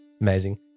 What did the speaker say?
Amazing